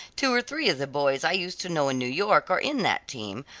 two or three of the boys i used to know in new york are in that team,